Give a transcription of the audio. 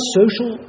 social